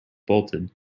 bolted